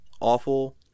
awful